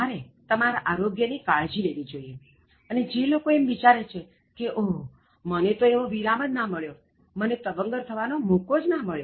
તમારે તમારા આરોગ્ય ની કાળજી લેવી જોઇએ અને જે લોકો એમ વિચારે છે કે ઓહ મને તો એવો વિરામ જ ન મળ્યો મને તવંગર થવા નો મોકો જ ન મળ્યો